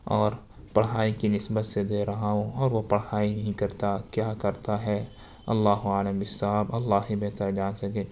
اور پڑھائی کی نسبت سے دے رہا ہوں اور وہ پڑھائی نہیں کرتا کیا کرتا ہے اللہ اعلم بالصواب اللہ ہی بہتر جان سکے